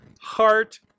heart